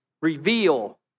reveal